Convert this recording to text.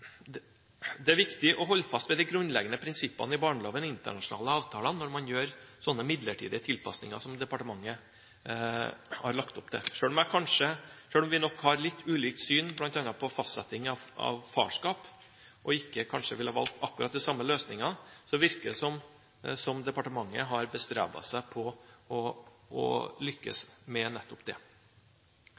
Det er viktig å holde fast ved de grunnleggende prinsippene i barneloven og i internasjonale avtaler når man gjør sånne midlertidige tilpasninger som departementet har lagt opp til. Selv om vi nok har litt ulikt syn på bl.a. fastsetting av farskap og kanskje ikke ville ha valgt akkurat de samme løsningene, virker det som om departementet har bestrebet seg på å lykkes med nettopp det.